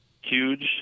huge